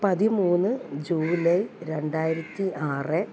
പതിമൂന്ന് ജൂലൈ രണ്ടായിരത്തി ആറ്